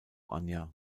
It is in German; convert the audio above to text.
anja